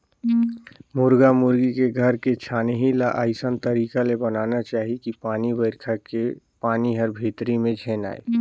मुरगा मुरगी के घर के छानही ल अइसन तरीका ले बनाना चाही कि पानी बइरखा के पानी हर भीतरी में झेन आये